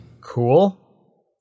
Cool